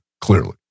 clearly